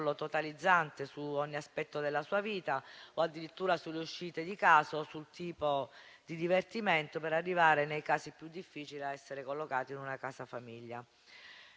totalizzante su ogni aspetto della sua vita o addirittura sulle uscite di casa o sul tipo di divertimento, fino ad arrivare, nei casi più difficili, al collocamento in una casa famiglia.